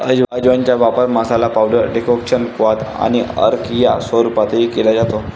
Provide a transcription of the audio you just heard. अजवाइनचा वापर masala, powder, decoction, क्वाथ आणि अर्क या स्वरूपातही केला जातो